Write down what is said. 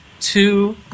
two